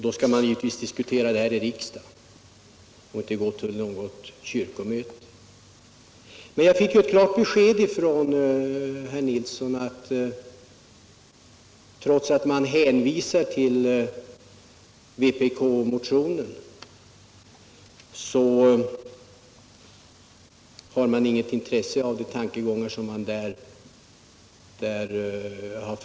Då skall man givetvis diskutera den saken här i riksdagen och inte gå till något kyrkomöte. På en punkt fick jag klart besked från herr Nilsson. Även om utskottet i sin skrivning hänvisar till vpk-motionen, har utskottet inget intresse av vpk-motioners tankegångar.